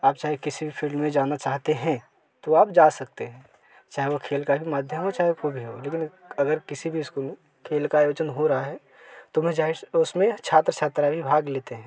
आप चाहे किसी भी फिल्ड में जाना चाहते हैं तो आप जा सकते हैं चाहे वो खेल का भी माध्यम हो चाहे कोई भी हो लेकिन अगर किसी भी स्कूल में खेल का आयोजन हो रहा है तो मैं जाहिर सी उसमें छात्र छात्रा भी भाग लेते हैं